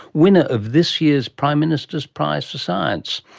winner of this year's prime minister's prize for science.